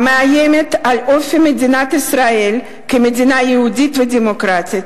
המאיימת על אופיה של מדינת ישראל כמדינה יהודית ודמוקרטית.